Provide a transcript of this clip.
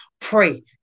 Pray